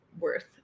worth